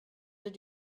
did